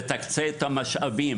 ולהקצות משאבים